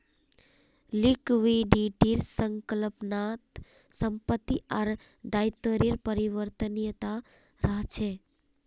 लिक्विडिटीर संकल्पना त संपत्ति आर दायित्वेर परिवर्तनीयता रहछे